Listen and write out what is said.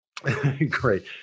Great